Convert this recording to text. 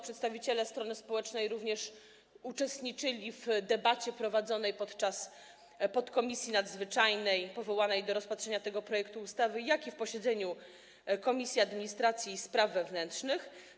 Przedstawiciele strony społecznej również uczestniczyli w debacie prowadzonej podczas posiedzeń podkomisji nadzwyczajnej powołanej do rozpatrzenia tego projektu ustawy oraz posiedzeniu Komisji Administracji i Spraw Wewnętrznych.